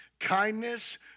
Kindness